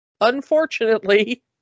Unfortunately